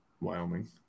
Wyoming